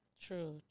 True